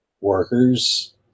workers